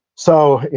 so,